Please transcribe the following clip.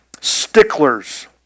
sticklers